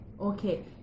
Okay